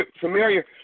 familiar